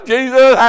Jesus